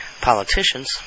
politicians